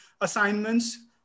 assignments